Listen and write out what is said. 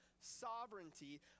sovereignty